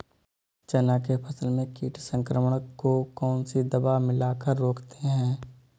चना के फसल में कीट संक्रमण को कौन सी दवा मिला कर रोकते हैं?